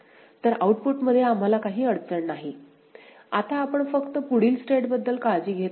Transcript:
तर आउटपुटमध्ये आम्हाला काही अडचण नाही आता आपण फक्त पुढील स्टेट बद्दल काळजी घेत आहोत